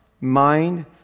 mind